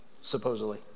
supposedly